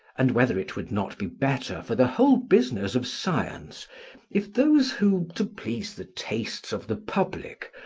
and whether it would not be better for the whole business of science if those who, to please the tastes of the public,